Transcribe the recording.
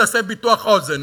תעשה ביטוח אוזן,